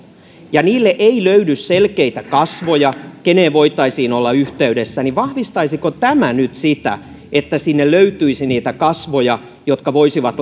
ja ei löydy selkeitä kasvoja keneen voitaisiin olla yhteydessä vahvistaisiko tämä nyt sitä että sinne löytyisi niitä kasvoja jotka voisivat